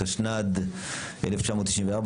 התשנ"ד 1994,